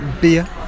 Beer